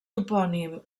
topònim